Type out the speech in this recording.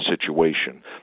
situation